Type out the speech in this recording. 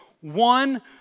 one